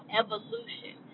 evolution